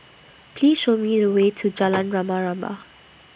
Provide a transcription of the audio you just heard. Please Show Me The Way to Jalan Rama Rama